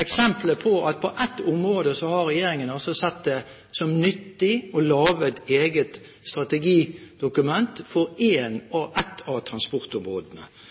eksempel på at på ett område har regjeringen sett det som nyttig å lage et eget strategidokument for ett av transportområdene.